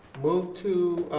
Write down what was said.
move to